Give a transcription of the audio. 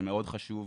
שמאוד חשוב,